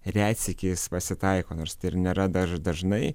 retsykiais pasitaiko nors tai ir nėra daž dažnai